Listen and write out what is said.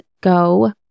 go